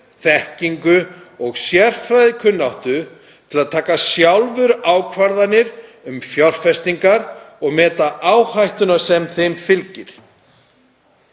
þekkingu og sérfræðikunnáttu til að taka sjálfur ákvarðanir um fjárfestingar og meta áhættuna sem þeim fylgir.“